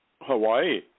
Hawaii